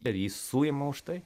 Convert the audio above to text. ir jį suima už tai